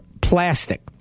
plastic